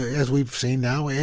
as we've seen now, and